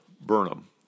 Burnham